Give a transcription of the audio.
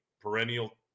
perennial